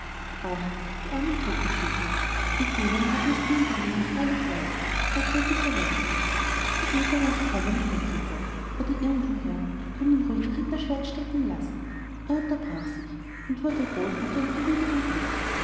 ach die armen totgeschwiegenen mit denen haben es die in berlin freilich leicht sagte er bitter lächelnd die edlen aus pommern oder mecklenburg oder irgendwoher können ruhig ihr ritterschwert stecken lassen er unterbrach sich und wurde rot unter ihrem unwilligen blick